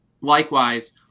Likewise